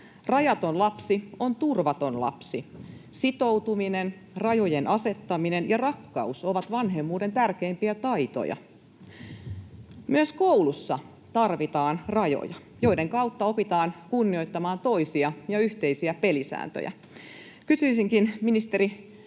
Rajaton lapsi on turvaton lapsi. Sitoutuminen, rajojen asettaminen ja rakkaus ovat vanhemmuuden tärkeimpiä taitoja. Myös koulussa tarvitaan rajoja, joiden kautta opitaan kunnioittamaan toisia ja yhteisiä pelisääntöjä. Kysyisinkin ministeri